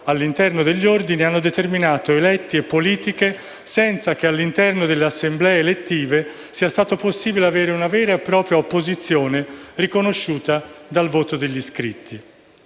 all'interno degli Ordini hanno determinato eletti e politiche senza che all'interno delle assemblee elettive sia stato possibile avere una vera e propria opposizione riconosciuta dal voto degli iscritti.